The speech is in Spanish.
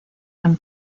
tan